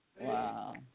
wow